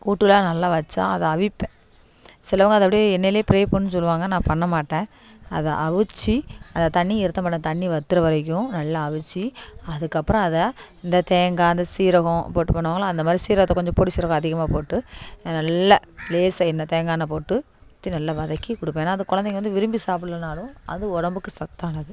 கூட்டெலாம் நல்லா வச்சால் அதை அவிப்பேன் சிலவங்க அதை அப்படியே எண்ணெயிலேயே ஃப்ரை பண்ணனு சொல்லுவாங்க நான் பண்ண மாட்டேன் அதை அவுச்சு அதை தண்ணி இருத்தமாட்டேன் தண்ணி வத்துகிற வரைக்கும் நல்லா அவிச்சு அதுக்கப்புறோம் அதை இந்த தேங்காய் இந்த சீரகம் போட்டு பண்ணுவாங்கள்லை அந்தமாதிரி சீரகத்தை கொஞ்சம் பொடி சீரகம் அதிகமாக போட்டு நல்ல லேசா எண்ணெ தேங்காய் எண்ணெய் போட்டு ஊற்றி நல்லா வதக்கி கொடுப்பேன் ஏனால் அதை கொழந்தைங்க வந்து விரும்பி சாப்பிட்லனாலும் அது உடம்புக்கு சத்தானது